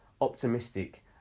optimistic